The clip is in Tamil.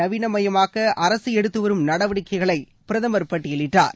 நவீனமயமாக்க அரசு எடுத்து வரும் நடவடிக்கைகளை பிரதமர் பட்டியலிட்டார்